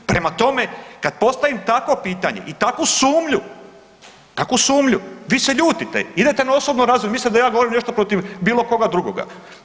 Prema tome, kad postavim takvo pitanje i takvu sumnju, takvu sumnju vi se ljutite idete na osobnu razinu mislite da ja govorim nešto protiv bilo koga drugoga.